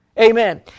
Amen